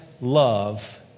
love